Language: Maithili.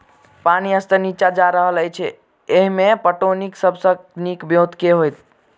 पानि स्तर नीचा जा रहल अछि, एहिमे पटौनीक सब सऽ नीक ब्योंत केँ होइत?